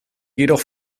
jedoch